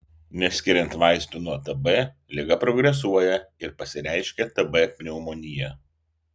neskiriant vaistų nuo tb liga progresuoja ir pasireiškia tb pneumonija